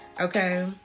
okay